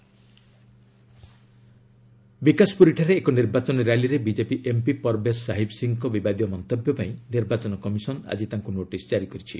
EC Parvesh ବିକାଶପୁରୀଠାରେ ଏକ ନିର୍ବାଚନ ର୍ୟାଲିରେ ବିକେପି ଏମ୍ପି ପରବେଶ୍ ସାହିବ ସିଂହଙ୍କ ବିବାଦୀୟ ମନ୍ତବ୍ୟ ପାଇଁ ନିର୍ବାଚନ କମିଶନ୍ ଆଜି ତାଙ୍କୁ ନୋଟିସ୍ ଜାରି କରିଛି